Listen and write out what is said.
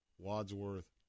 Wadsworth